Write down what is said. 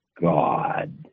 God